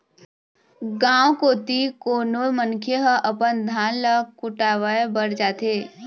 गाँव कोती कोनो मनखे ह अपन धान ल कुटावय बर जाथे